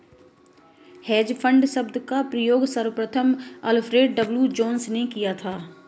hedge fund शब्द का प्रयोग सर्वप्रथम अल्फ्रेड डब्ल्यू जोंस ने किया था